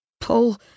Pull